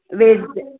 वेद्